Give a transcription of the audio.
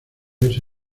verse